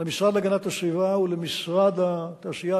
למשרד להגנת הסביבה ולמשרד התעשייה,